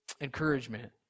encouragement